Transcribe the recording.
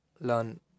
Learn